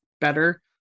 better